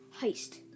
Heist